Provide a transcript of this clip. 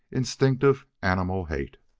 instinctive, animal hate.